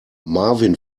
marvin